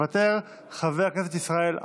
חבר הכנסת ישראל אייכלר,